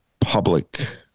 public